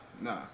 nah